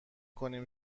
کنیم